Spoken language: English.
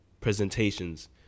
presentations